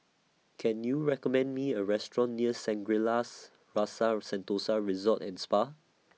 Can YOU recommend Me A Restaurant near Shangri La's Rasa Sentosa Resort and Spa